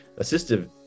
assistive